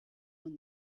when